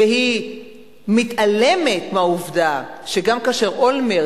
והיא מתעלמת מהעובדה שגם כאשר אולמרט